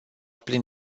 plin